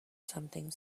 something